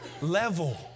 level